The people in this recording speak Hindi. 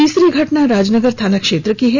तीसरी घटना राजनगर थाना क्षेत्र की है